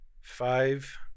five